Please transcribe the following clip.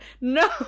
No